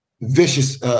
vicious